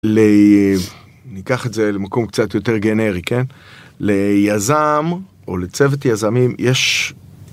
ל... ניקח את זה למקום קצת יותר גנרי, כן? ליזם, או לצוות יזמים, יש...